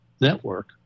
network